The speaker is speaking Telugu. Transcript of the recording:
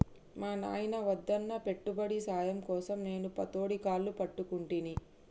మా నాయిన వద్దన్నా పెట్టుబడి సాయం కోసం నేను పతోడి కాళ్లు పట్టుకుంటిని